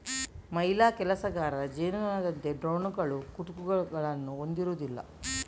ಮಹಿಳಾ ಕೆಲಸಗಾರ ಜೇನುನೊಣದಂತೆ ಡ್ರೋನುಗಳು ಕುಟುಕುಗಳನ್ನು ಹೊಂದಿರುವುದಿಲ್ಲ